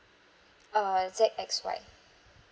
err Z X Y